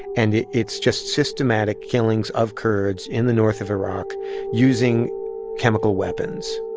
and it's just systematic killings of kurds in the north of iraq using chemical weapons.